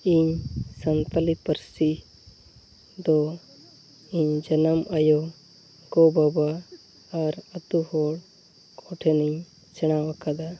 ᱤᱧ ᱥᱟᱱᱛᱟᱞᱤ ᱯᱟᱹᱨᱥᱤᱫᱚ ᱤᱧ ᱡᱟᱱᱟᱢ ᱟᱭᱳ ᱜᱚᱼᱵᱟᱵᱟ ᱟᱨ ᱟᱛᱳᱦᱚᱲ ᱠᱚᱴᱷᱮᱱᱤᱧ ᱥᱮᱬᱟᱣᱟᱠᱟᱫᱟ